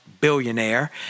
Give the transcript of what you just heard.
billionaire